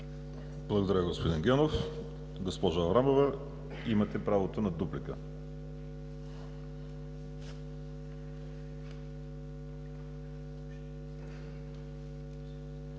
Благодаря, господин Генов. Госпожо Аврамова, имате правото на дуплика.